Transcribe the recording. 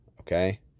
okay